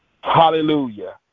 Hallelujah